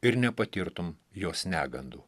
ir nepatirtum jos negandų